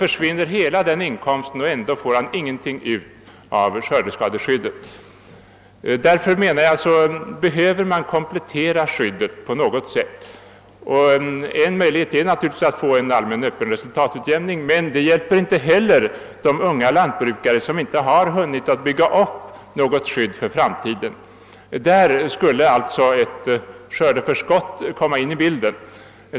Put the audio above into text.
och hela denna inkomst försvinner, får han ändå inte ut någonting från skördeskadeskyddet. Därför anser jag att skyddet behöver kompletteras på något sätt. En möjlighet är naturligtvis att införa en allmän öppen resultatutjämning, men en sådan hjälper inte heller de unga lantbrukare som inte har kunnat bygga upp något skydd för framtiden. Därför borde ett skördeförskott komma in i bilden.